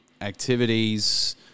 activities